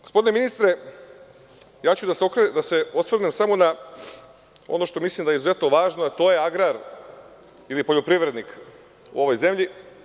Gospodine ministre, osvrnuću se samo na ono što mislim da je izuzetno važno, a to je agrar ili poljoprivrednik u ovoj zemlji.